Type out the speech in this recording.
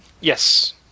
Yes